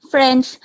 French